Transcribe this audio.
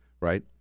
right